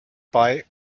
bei